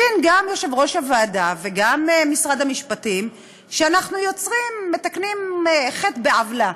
הבינו גם יושב-ראש הוועדה וגם משרד המשפטים שאנחנו מתקנים חטא בעוולה,